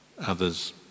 Others